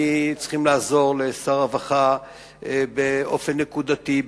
צריכים לעזור לשר הרווחה באופן נקודתי,